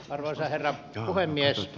arvoisa herra puhemies